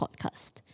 podcast